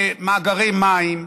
למאגרי מים,